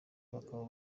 abagabo